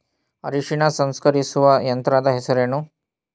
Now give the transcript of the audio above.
ಅರಿಶಿನ ಸಂಸ್ಕರಿಸುವ ಯಂತ್ರದ ಹೆಸರೇನು?